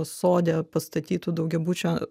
sode pastatytu daugiabučių